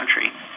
country